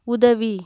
உதவி